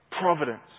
Providence